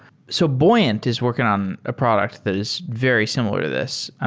so buoyant is working on a product that is very similar to this. and